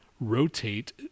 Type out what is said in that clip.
rotate